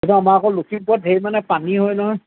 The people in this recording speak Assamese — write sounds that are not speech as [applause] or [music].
[unintelligible]